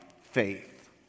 faith